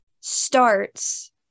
starts